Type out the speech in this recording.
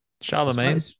Charlemagne